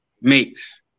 mates